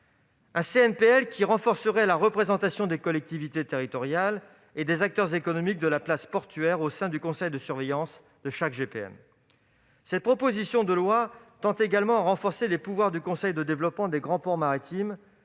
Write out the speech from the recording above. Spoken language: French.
Ce CNPL renforcerait la représentation des collectivités territoriales et des acteurs économiques de la place portuaire au sein du conseil de surveillance de chaque grand port maritime. Cette proposition de loi tend également à renforcer les pouvoirs du conseil de développement des grands ports maritimes,